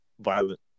violent